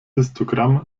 histogramm